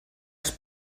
els